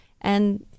And-